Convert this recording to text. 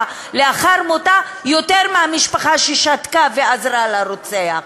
לאחר מותה יותר מלמשפחה ששתקה ועזרה לרוצח.